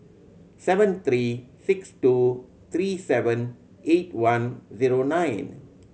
seven three six two three seven eight one zero nine